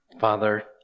Father